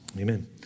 Amen